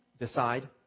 decide